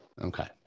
Okay